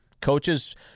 coaches –